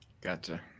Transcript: Gotcha